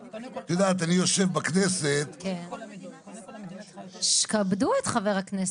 את יודעת אני יושב בכנסת -- כבדו את חבר הכנסת.